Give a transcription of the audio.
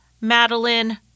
Madeline